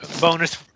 Bonus